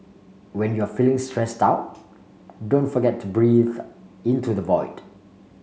when you are feeling stressed out don't forget to breathe into the void